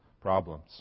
problems